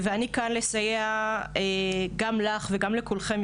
ואני כאן לסייע גם לך וגם לכולכם,